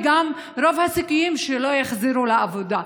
וגם רוב הסיכויים שלא יחזרו לעבודה.